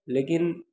लेकिन